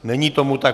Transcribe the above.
Není tomu tak.